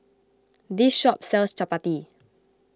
this shop sells Chappati